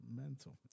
mental